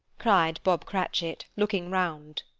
cried bob cratchit, looking round.